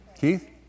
Keith